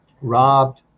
robbed